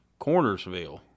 Cornersville